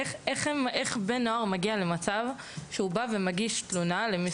אז איך נער או נערה יכולים להגיע למצב שהם באים